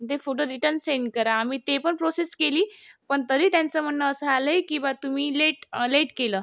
ते photo return send करा आम्ही ते पण प्रोसेस केली पण तरी त्यांचं म्हणणं असं आलं आहे की बा तुम्ही लेट लेट केलं